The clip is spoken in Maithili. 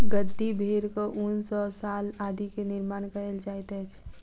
गद्दी भेड़क ऊन सॅ शाल आदि के निर्माण कयल जाइत अछि